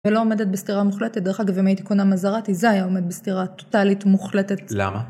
‫ולא עומדת בסתירה מוחלטת. ‫דרך אגב, אם הייתי קונה מזרטי, ‫זה היה עומד בסתירה טוטאלית מוחלטת. ‫-למה?